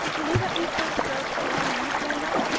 will you let me hold the brooch for one minute, marilla?